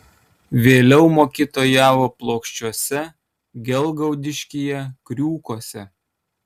vėliau mokytojavo plokščiuose gelgaudiškyje kriūkuose